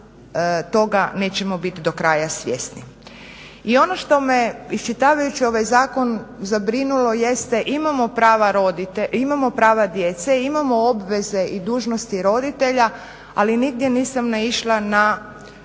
toga nećemo bit do kraja svjesni. I ono što me iščitavajući ovaj zakon zabrinulo jeste imamo prava djece, imamo obveze i dužnosti roditelja, ali nigdje nisam naišla na